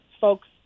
folks